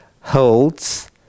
holds